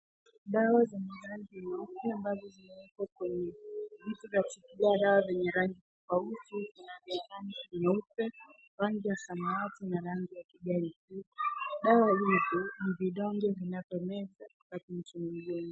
Dawa za marangi meupe ambazo zimewekwa kwenye vitu vya kuzihifadhia dawa zenye rangi tofauti. Kuna vya rangi nyeupe, rangi ya samawati na rangi ya kijani pia. Dawa nyingi ni vidonge vinavyomezwa na mtu.